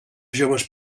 joves